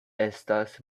estas